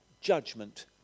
judgment